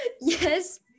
yes